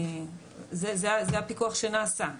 זה הפיקוח שנעשה.